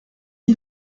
dis